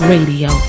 Radio